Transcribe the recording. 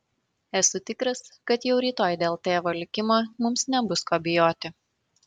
esu tikras kad jau rytoj dėl tėvo likimo mums nebus ko bijoti